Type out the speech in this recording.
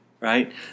right